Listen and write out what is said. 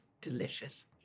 delicious